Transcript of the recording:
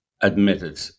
admitted